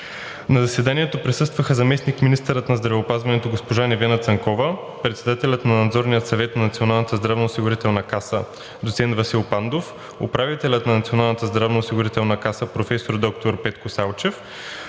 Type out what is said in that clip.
На заседанието присъстваха заместник-министърът на здравеопазването госпожа Невена Цанкова, председателят на Надзорния съвет на Националната здравноосигурителна каса доцент Васил Пандов, управителят на НЗОК професор доктор Петко Салчев,